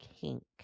kink